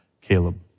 Caleb